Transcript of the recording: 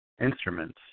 instruments